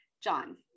John